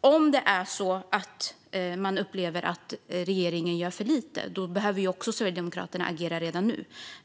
Om det är så att man upplever att regeringen gör för lite behöver Sverigedemokraterna agera redan nu.